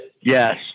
yes